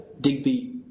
Digby